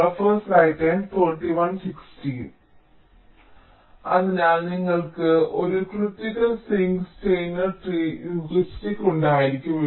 അതുപോലെ നിങ്ങൾക്ക് ഒരു critical sink Steiner tree heuristic ഉണ്ടായിരിക്കാം